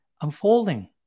unfolding